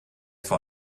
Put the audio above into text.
vor